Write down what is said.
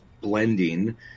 blending